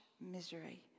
misery